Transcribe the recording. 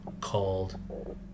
called